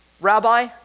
Rabbi